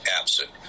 absent